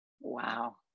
Wow